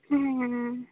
ᱦᱮᱸᱻ